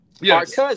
Yes